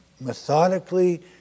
methodically